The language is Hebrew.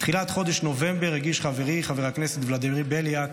בתחילת חודש נובמבר הגיש חברי חבר הכנסת ולדימיר בליאק